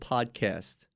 Podcast